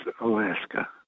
Alaska